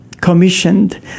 commissioned